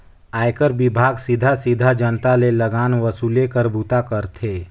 आयकर विभाग सीधा सीधा जनता ले लगान वसूले कर बूता करथे